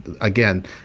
again